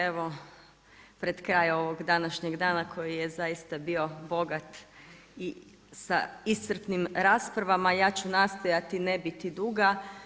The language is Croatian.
Evo pred kraj ovog današnjeg dana koji je zaista bio bogat i sa iscrpnim raspravama ja ću nastojati ne biti duga.